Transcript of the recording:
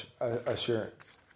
assurance